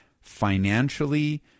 financially